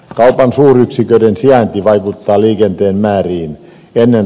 kaupan suuryksiköiden sijainti vaikuttaa liikenteen määriin